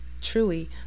truly